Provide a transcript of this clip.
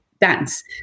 dance